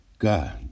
God